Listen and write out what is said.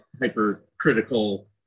hypercritical